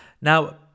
Now